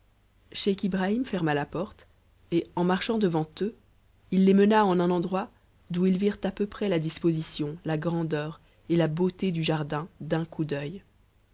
scheich ibrahim ferma la porte et en marchant devant eux il les mena en lui endroit d'où ils virent à peu près ia disposition la grandeur et la beauté du jardin d'un coup d'œil